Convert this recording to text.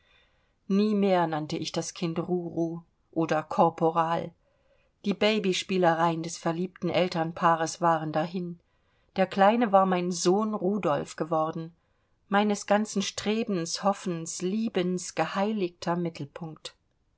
nie mehr nannte ich das kind ruru oder korporal die babyspielereien des verliebten elternpaares waren dahin der kleine war mein sohn rudolf geworden meines ganzen strebens hoffens liebens geheiligter mittelpunkt